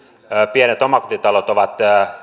pienet omakotitalot ovat